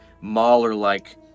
Mahler-like